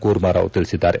ಕೂರ್ಮಾರಾವ್ ತಿಳಿಸಿದ್ದಾರೆ